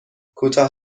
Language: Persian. کوتاه